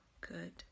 good